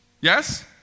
yes